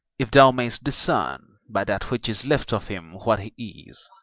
if thou mayest discern by that which is left of him what he is,